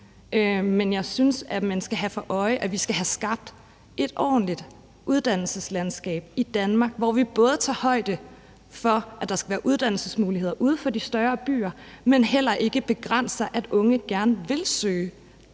men jeg synes, at man skal have for øje, at vi skal have skabt et ordentligt uddannelseslandskab i Danmark, hvor vi både tager højde for, at der skal være uddannelsesmuligheder uden for de større byer, men heller ikke begrænser, at unge gerne vil søge ind på uddannelser i de